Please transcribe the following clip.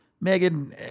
Megan